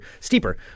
steeper